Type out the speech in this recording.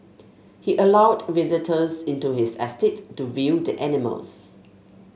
he allowed visitors into his estate to view the animals